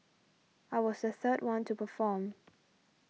I was the third one to perform